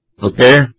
Okay